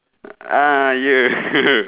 !aiya! her